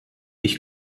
ich